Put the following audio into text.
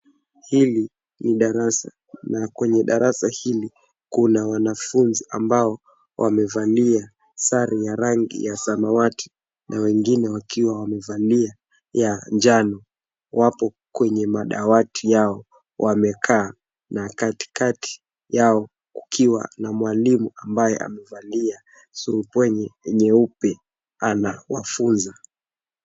Hili ni darasa. Na kwenye darasa hili kuna wanafunzi ambao wamevalia sare ya rangi ya samawati na wengine wakiwa wamevalia ya njano. Wapo kwenye madawati yao wamekaa na katikati yao kukiwa na mwalimu ambaye amevalia surupwenye nyeupe anawafunza.